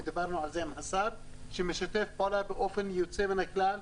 ודיברנו על זה עם השר שמשתף פעולה באופן יוצא מהכלל,